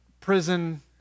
prison